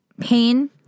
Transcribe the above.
pain